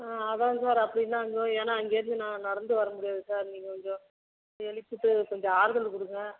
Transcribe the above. ஆ அதான் சார் அப்படின்னு ஏன்னா அங்கேருந்து நான் நடந்து வர முடியாது சார் நீங்கள் கொஞ்சம் எழுப்பிவிட்டு கொஞ்சம் ஆறுதல் கொடுங்க